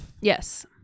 Yes